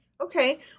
Okay